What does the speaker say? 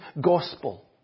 gospel